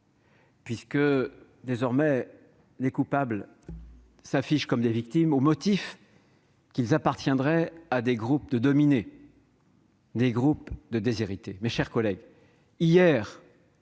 : désormais, les coupables s'affichent comme des victimes au motif qu'ils appartiendraient à des groupes de « dominés », des groupes de déshérités. Mes chers collègues, hier